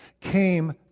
came